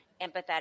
empathetic